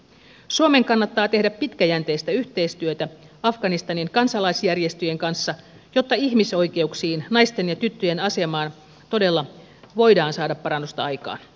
suomen kannattaa tehdä pitkäjänteistä yhteistyötä afganistanin kansalaisjärjestöjen kanssa jotta ihmisoikeuksiin ja naisten ja tyttöjen asemaan todella voidaan saada parannusta aikaan